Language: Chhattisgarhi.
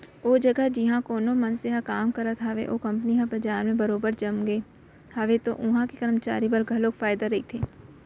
ओ जघा जिहाँ कोनो मनसे ह काम करत हावय ओ कंपनी ह बजार म बरोबर जमगे हावय त उहां के करमचारी बर घलोक फायदा रहिथे